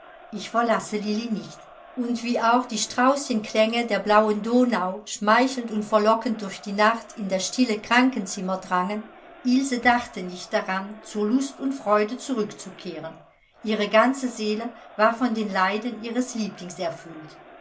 ich verlasse lilli nicht und wie auch die strauß'schen klänge der blauen donau schmeichelnd und verlockend durch die nacht in das stille krankenzimmer drangen ilse dachte nicht daran zur lust und freude zurückzukehren ihre ganze seele war von den leiden ihres lieblings erfüllt